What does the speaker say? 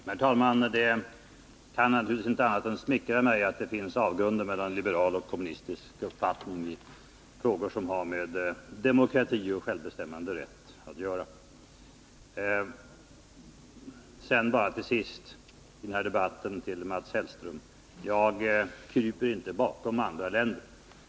Herr talman! Det kan naturligtvis inte vara annat än smickrande för mig att det finns avgrunder mellan liberal och kommunistisk uppfattning i frågor som har med demokrati och självbestämmanderätt att göra. Sedan till sist i den här debatten till Mats Hellström: Jag kryper inte bakom andra länder.